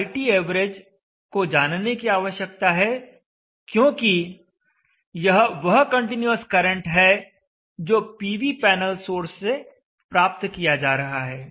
हमें इस iTav को जानने की आवश्यकता है क्योंकि यह वह कंटीन्यूअस करंट है जो पीवी पैनल सोर्स से प्राप्त किया जा रहा है